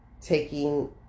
taking